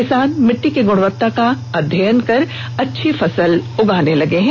किसान मिट्टी की गुणवत्ता का अध्ययन कर अच्छी फसल उगाने लगे हैं